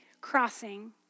crossing